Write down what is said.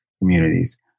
communities